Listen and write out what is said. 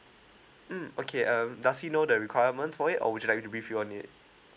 mm okay um does he know that requirement for it or would you like to be beyond it